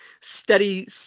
steady